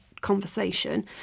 conversation